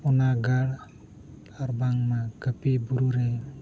ᱚᱱᱟ ᱜᱟᱲ ᱟᱨ ᱵᱟᱝᱢᱟ ᱠᱟᱹᱯᱤ ᱵᱩᱨᱩ ᱨᱮ